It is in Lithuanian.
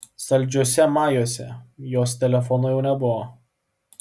saldžiuose majuose jos telefono jau nebuvo